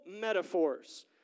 metaphors